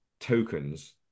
tokens